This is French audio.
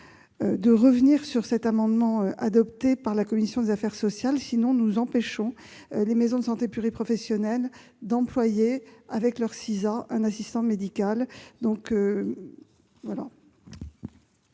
de revenir sur l'amendement adopté par la commission des affaires sociales ; à défaut, nous empêcherions les maisons de santé pluriprofessionnelles d'employer, sous leur statut de SISA, un assistant médical.